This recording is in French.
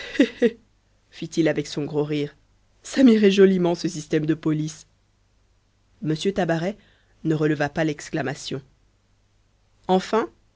fit-il avec son gros rire ça m'irait joliment ce système de police m tabaret ne releva pas l'exclamation enfin